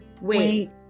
wait